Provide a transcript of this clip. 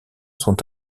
sont